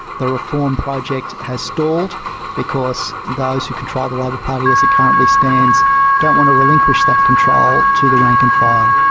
the reform project has stalled because those who control the labor party as it currently stands don't want to relinquish that control to the rank and file.